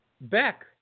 Beck